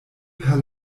per